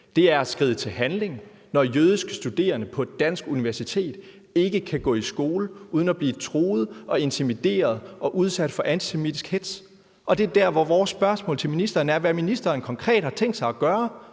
Det er at skride til handling, når jødiske studerende på et dansk universitet ikke kan gå i skole uden at blive truet og intimideret og udsat for antisemitisk hetz. Det er der, hvor vores vores spørgsmål til ministeren er, hvad ministeren konkret har tænkt sig at gøre.